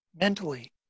mentally